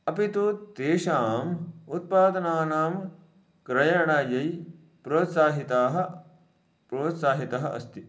अपि तु तेषाम् उत्पादनानां क्रयणायै प्रोत्साहितः प्रोत्साहितः अस्ति